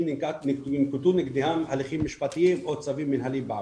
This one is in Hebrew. שננקטו נגדם הליכים משפטיים או צווים מנהליים בעבר.